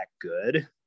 good